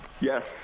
Yes